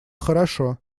хорошо